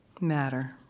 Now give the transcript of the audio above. matter